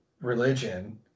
religion